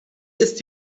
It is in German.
ist